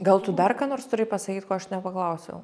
gal tu dar ką nors turi pasakyt ko aš nepaklausiau